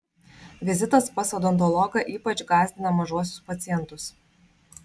vizitas pas odontologą ypač gąsdina mažuosius pacientus